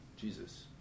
Jesus